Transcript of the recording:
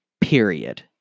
Period